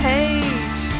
Page